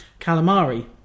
Calamari